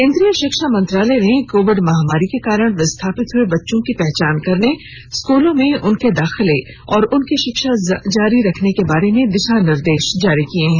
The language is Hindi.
केन्द्रीय शिक्षा मंत्रालय ने कोविड महामारी के कारण विस्थापित हुए बच्चों की पहचान करने स्कूल में उनके दाखिले और उनकी शिक्षा जारी रखने के बारे में दिशानिर्देश जारी किए हैं